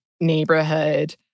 neighborhood